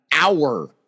hour